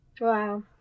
Wow